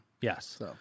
Yes